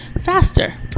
faster